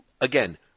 again